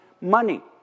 money